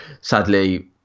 sadly